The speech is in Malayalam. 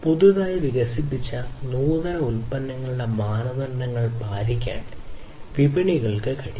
പുതുതായി വികസിപ്പിച്ച നൂതന ഉൽപ്പന്നങ്ങളുടെ മാനദണ്ഡങ്ങൾ പാലിക്കാൻ വിപണികൾക്ക് കഴിയും